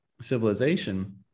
civilization